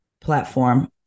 platform